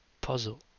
puzzle